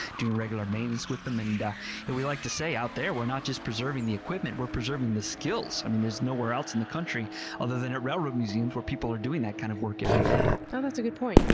doing regular maintenance with them. and and we like to say out there, we're not just preserving the equipment, we're preserving the skills. i mean there's nowhere else in the country other than a railroad museum where people are doing that kind of work every day. yeah that's a good point.